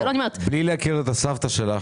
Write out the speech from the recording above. בלי להכיר את הסבתא שלך,